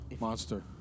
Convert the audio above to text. Monster